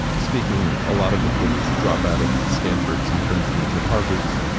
speaking, a lot of the kids drop out of the stanfords and princetons and harvards.